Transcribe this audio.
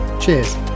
cheers